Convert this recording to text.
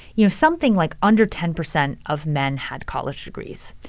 you know, something like under ten percent of men had college degrees.